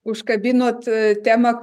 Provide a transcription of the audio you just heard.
užkabinot temą